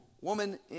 woman